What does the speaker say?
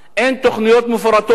אין תוכניות מפורטות.